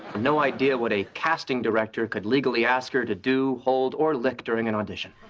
no idea what a casting director could legally ask her to do, hold or lick during an audition.